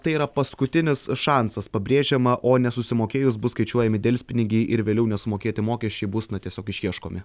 tai yra paskutinis šansas pabrėžiama o nesusimokėjus bus skaičiuojami delspinigiai ir vėliau nesumokėti mokesčiai bus na tiesiog išieškomi